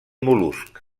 mol·luscs